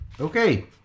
Okay